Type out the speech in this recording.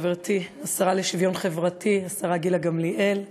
חברתי השרה לשוויון חברתי גילה גמליאל,